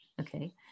Okay